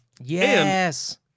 Yes